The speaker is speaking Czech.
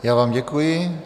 Já vám děkuji.